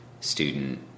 student